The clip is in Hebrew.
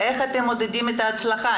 איך אתם מודדים את ההצלחה.